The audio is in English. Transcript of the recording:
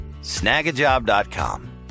Snagajob.com